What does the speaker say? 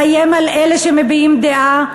לאיים על אלה שמביעים דעה,